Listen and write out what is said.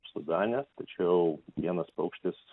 sudane tačiau vienas paukštis